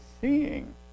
seeing